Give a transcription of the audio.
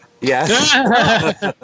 yes